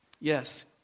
Yes